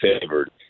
favored